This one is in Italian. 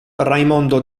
raimondo